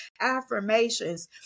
affirmations